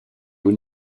haut